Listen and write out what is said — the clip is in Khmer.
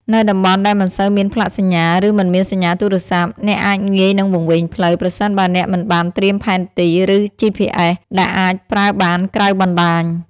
នៅតំបន់ដែលមិនសូវមានផ្លាកសញ្ញា ឬមិនមានសញ្ញាទូរស័ព្ទ អ្នកអាចងាយនឹងវង្វេងផ្លូវ ប្រសិនបើអ្នកមិនបានត្រៀមផែនទី ឬ GPS ដែលអាចប្រើបានក្រៅបណ្តាញ។